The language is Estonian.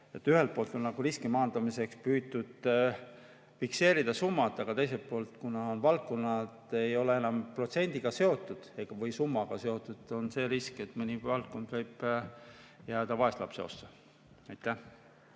ühelt poolt on riski maandamiseks püütud fikseerida summad, aga teiselt poolt, kuna valdkonnad ei ole enam protsendiga ega summaga seotud, siis on risk, et mõni valdkond võib jääda vaeslapse ossa. Aitäh!